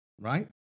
right